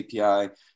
API